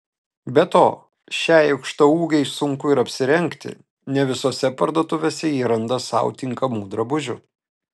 be to šiai aukštaūgei sunku ir apsirengti ne visose parduotuvėse ji randa sau tinkamų drabužių